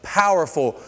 powerful